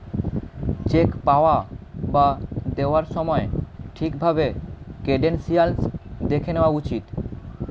check পাওয়া বা দেওয়ার সময় ঠিক ভাবে ক্রেডেনশিয়াল্স দেখে নেওয়া উচিত